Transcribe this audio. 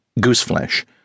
goose-flesh